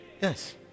Yes